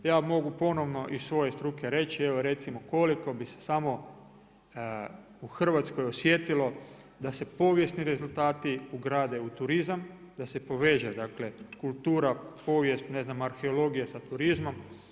Ja mogu ponovno iz svoje struke reći evo recimo koliko bi se samo u Hrvatskoj osjetilo da se povijesni rezultati ugrade u turizam, da se poveže dakle kultura, povijest, ne znam arheologija sa turizmom.